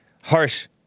harsh